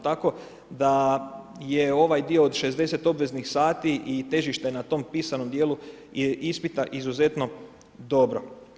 Tako da je ovaj dio od 60 obveznih sati i težište na tom pisanom dijelu ispita je izuzetno dobro.